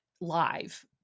live